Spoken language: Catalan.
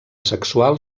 sexual